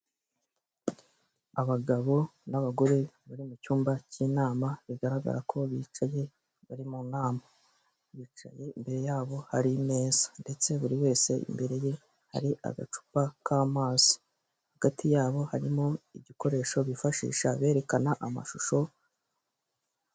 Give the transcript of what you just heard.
Abagabo n'abagore bari mu cyumba cy'inama bigaragara ko bicaye bari mu nama bicaye imbere yabo hari imeza ndetse buri wese imbere ye hari agacupa k'amazi hagati yabo harimo ibikoresho bifashisha berekana amashusho.